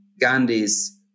Gandhi's